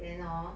then hor